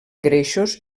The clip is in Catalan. greixos